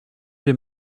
des